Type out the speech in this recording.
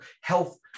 health